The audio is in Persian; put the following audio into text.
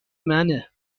منه